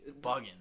bugging